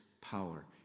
power